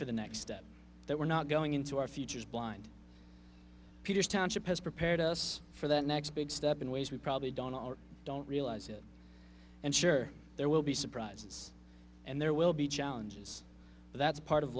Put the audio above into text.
for the next step that we're not going into our futures blind peters township has prepared us for the next big step in ways we probably don't or don't realize it and sure there will be surprises and there will be challenges that's part of